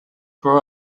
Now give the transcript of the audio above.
grew